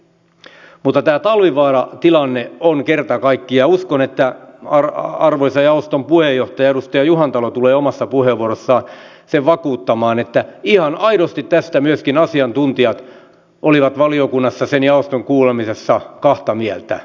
mutta tämä talvivaaran tilanne on kerta kaikkiaan sellainen ja uskon että arvoisa jaoston puheenjohtaja edustaja juhantalo tulee omassa puheenvuorossaan sen vakuuttamaan että ihan aidosti tästä myöskin asiantuntijat olivat valiokunnassa sen jaoston kuulemisessa kahta mieltä